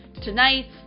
tonight